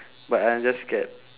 but I'm just scared